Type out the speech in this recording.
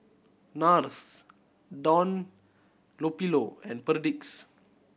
Nars Dunlopillo and Perdix